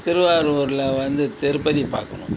திருவாரூரில் வந்து திருப்பதி பார்க்கணும்